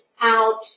out